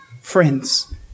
friends